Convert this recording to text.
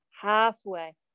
Halfway